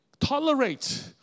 tolerate